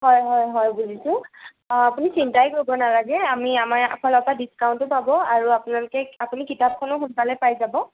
হয় হয় হয় বুজিছোঁ আপুনি চিন্তাই কৰিব নালাগে আমি আমাৰ ফালৰ পৰা ডিছকাউণ্টো পাব আৰু আপোনালোকে আপুনি কিতাপখনো সোনকালে পাই যাব